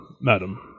madam